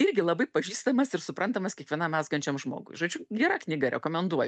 irgi labai pažįstamas ir suprantamas kiekvienam mezgančiam žmogui žodžiu gera knyga rekomenduoju